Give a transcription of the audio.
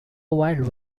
wild